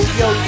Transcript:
yo